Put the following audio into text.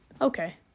okay